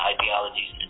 Ideologies